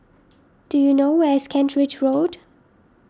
do you know where is Kent Ridge Road